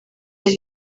hari